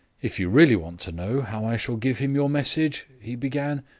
if you really want to know how i shall give him your message, he began,